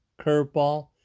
curveball